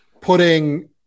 putting